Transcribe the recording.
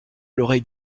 l’oreille